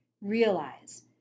realize